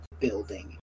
building